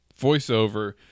voiceover